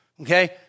okay